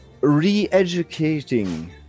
re-educating